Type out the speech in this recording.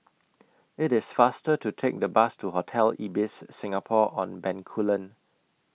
IT IS faster to Take The Bus to Hotel Ibis Singapore on Bencoolen